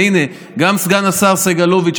הינה גם סגן השר סגלוביץ',